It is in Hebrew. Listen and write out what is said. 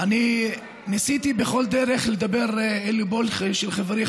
אני ניסיתי בכל דרך לדבר אל ליבו של חברי,